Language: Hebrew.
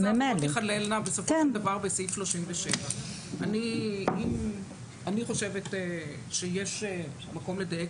אילו עבירות תיכללנה בסופו של דבר בסעיף 37. אני חושבת שיש מקום לדייק.